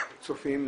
צופים,